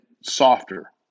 softer